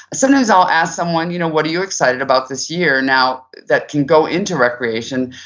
sometimes i'll ask someone, you know what are you excited about this year? now, that can go into recreation.